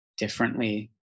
Differently